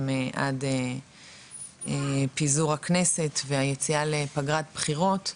עד פיזור הכנסת והיציאה לפגרת בחירות,